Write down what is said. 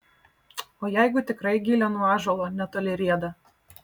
o jeigu tikrai gilė nuo ąžuolo netoli rieda